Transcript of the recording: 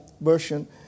Version